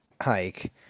hike